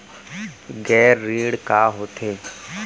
गैर ऋण का होथे?